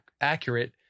accurate